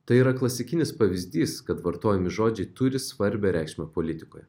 tai yra klasikinis pavyzdys kad vartojami žodžiai turi svarbią reikšmę politikoje